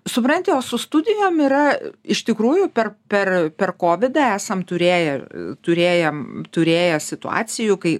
supranti o su studijom yra iš tikrųjų per per per kovidą esam turėję turėjam turėję situacijų kai